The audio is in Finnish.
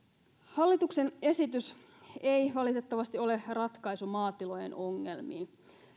hallituksen esitys ei valitettavasti ole ratkaisu maatilojen ongelmiin